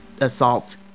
assault